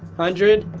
hundred,